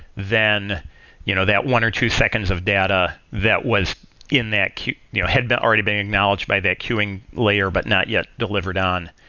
then you know that one or two seconds of data that was in that you know had already been acknowledge by that queuing layer, but not yet delivered on,